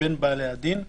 בין בעלי הדין.